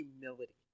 humility